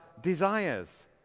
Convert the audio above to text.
desires